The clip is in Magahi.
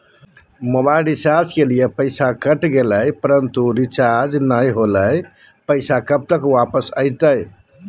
मोबाइल रिचार्ज के लिए पैसा कट गेलैय परंतु रिचार्ज महिना होलैय, पैसा कब तक वापस आयते?